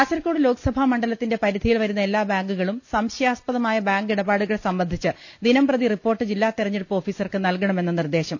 കാസർകോട് ലോക്സഭാ മണ്ഡലത്തിന്റെ പരിധിയിൽ വരുന്ന എല്ലാ ബാങ്കുകളും സംശയാസ്പദമായ ബാങ്ക് ഇടപാടുകൾ സംബ ന്ധിച്ച് ദിനംപ്രതി റിപ്പോർട്ട് ജില്ലാതെരഞ്ഞെടുപ്പ് ഓഫീസർക്ക് നൽകണമെന്ന് നിർദേശം